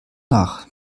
nach